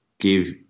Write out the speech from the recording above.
give